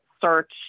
search